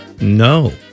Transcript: no